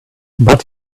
but